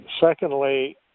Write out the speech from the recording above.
Secondly